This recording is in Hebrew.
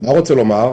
מה הוא רוצה לומר?